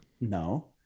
No